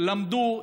למדו,